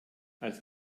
als